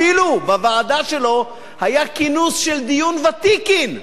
אפילו בוועדה שלו היה כינוס של דיון ותיקין,